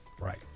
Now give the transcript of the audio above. Right